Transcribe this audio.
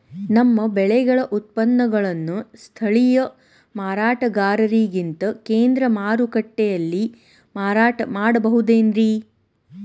ನಮ್ಮ ಬೆಳೆಗಳ ಉತ್ಪನ್ನಗಳನ್ನ ಸ್ಥಳೇಯ ಮಾರಾಟಗಾರರಿಗಿಂತ ಕೇಂದ್ರ ಮಾರುಕಟ್ಟೆಯಲ್ಲಿ ಮಾರಾಟ ಮಾಡಬಹುದೇನ್ರಿ?